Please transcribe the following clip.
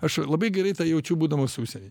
aš labai gerai tą jaučiu būdamas užsieny